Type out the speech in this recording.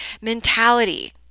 mentality